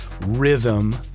rhythm